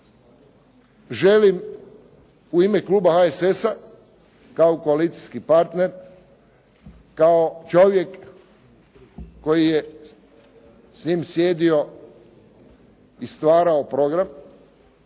želim u ime kluba HSS-a, kao koalicijski partner, kao čovjek koji je s njim sjedio i stvarao program,